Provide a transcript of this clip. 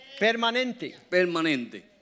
permanente